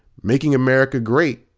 making america great,